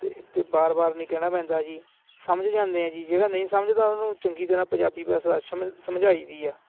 ਅਤੇ ਵਾਰ ਵਾਰ ਨਹੀਂ ਕਹਿਣਾ ਪੈਂਦਾ ਜੀ ਸਮਝ ਜਾਂਦੇ ਆ ਜੀ ਜਿਹੜਾ ਨਹੀਂ ਸਮਝਦਾ ਉਹਨੂੰ ਚੰਗੀ ਤਰ੍ਹਾਂ ਪੰਜਾਬੀ ਭਾਸ਼ਾ ਸ਼ਮ ਸਮਝਾਈ ਦੀ ਆ